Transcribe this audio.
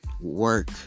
work